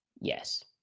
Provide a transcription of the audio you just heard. Yes